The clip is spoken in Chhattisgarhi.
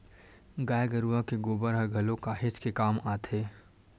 गाय गरुवा के गोबर ह घलोक काहेच के काम आथे